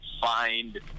find –